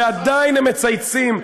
ועדיין הם מצייצים,